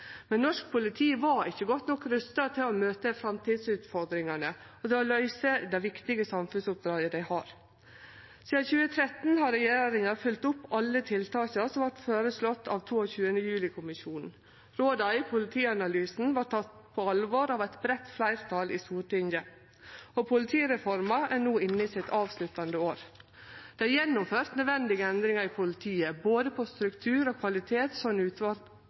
Men norsk politi var ikkje godt nok rusta til å møte framtidsutfordringane og til å løyse det viktige samfunnsoppdraget dei har. Sidan 2013 har regjeringa følgt opp alle tiltaka som vart føreslått av 22. juli-kommisjonen. Råda i politianalysen vart tekne på alvor av eit breitt fleirtal i Stortinget, og politireforma er no inne i sitt avsluttande år. Det er gjennomført nødvendige endringar i politiet på både struktur og kvalitet,